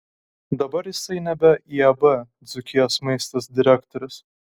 dabar jisai nebe iab dzūkijos maistas direktorius